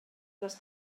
les